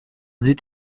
sieht